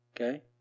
Okay